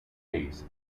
case